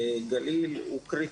בגליל הוא קריטי.